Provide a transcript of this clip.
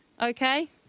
Okay